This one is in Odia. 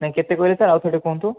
ନାଇଁ କେତେ କହିଲେ ସାର୍ ଆଉ ଥରେ ଟିକିଏ କୁହନ୍ତୁ